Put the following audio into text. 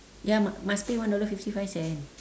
ya mu~ must pay one dollar fifty five cent